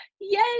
yay